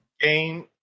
game